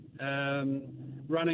running